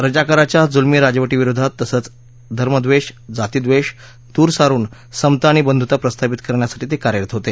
रजाकाराच्या जुलमी राजवटी विरोधात तसंच धर्मद्वा जातीद्वा द्वर सारून समता आणि बंधुता प्रस्थापित करण्यासाठी ते कार्यरत होत